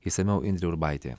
išsamiau indrė urbaitė